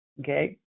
okay